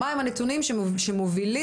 מה הם הנתונים שמובילים,